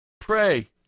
Pray